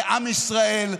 לעם ישראל,